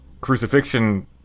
crucifixion